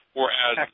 whereas